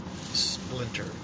Splinter